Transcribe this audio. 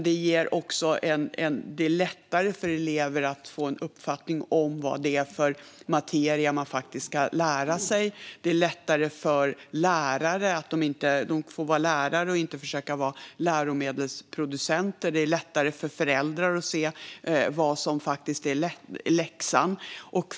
Det gör det lättare för elever att få en uppfattning om vad det är för materia de ska lära sig. Det gör det lättare för lärare att vara lärare och inte försöka vara läromedelsproducenter. Det gör det lättare för föräldrar att se vad som faktiskt är läxan.